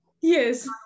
Yes